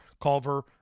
Culver